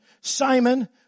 Simon